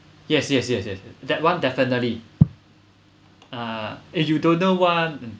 yes yes yes yes that one definitely uh eh you don't know one